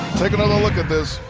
take another look at this.